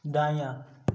दायाँ